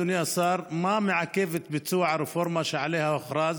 אדוני השר: 1. מה מעכב את ביצוע הרפורמה שעליה הוכרז,